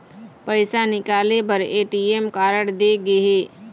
पइसा निकाले बर ए.टी.एम कारड दे गे हे